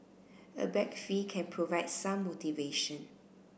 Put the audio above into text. a bag fee can provide some motivation